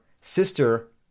sister